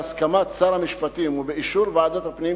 בהסכמת שר המשפטים ובאישור ועדת הפנים,